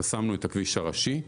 חסמנו את הכביש הראשי,